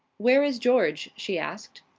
where is george? she asked.